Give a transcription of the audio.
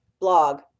blog